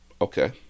Okay